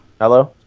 hello